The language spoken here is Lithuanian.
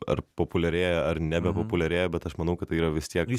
ar populiarėja ar nebepopuliarėja bet aš manau kad tai yra vis tiek